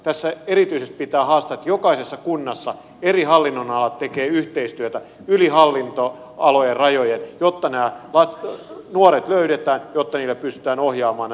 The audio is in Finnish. tässä erityisesti pitää haastaa että jokaisessa kunnassa eri hallinnonalat tekevät yhteistyötä yli hallinnonalojen rajojen jotta nämä nuoret löydetään jotta heille pystytään ohjaamaan